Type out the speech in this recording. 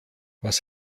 was